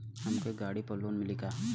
हमके गाड़ी पर लोन मिली का?